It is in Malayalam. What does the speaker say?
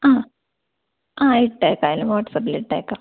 ആ ആ ഇട്ടേക്കാം അതിൽ വാട്ട്സ്ആപ്പിൽ ഇട്ടേക്കാം